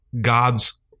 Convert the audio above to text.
God's